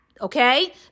Okay